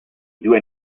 due